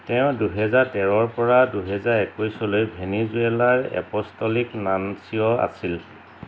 তেওঁ দুই হেজাৰ তেৰৰ পৰা দুই হেজাৰ একৈছলৈ ভেনিজুৱেলাৰ এপ'ষ্টলিক নানচিঅ' আছিল